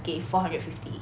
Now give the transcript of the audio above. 给 four hundred fifty